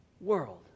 world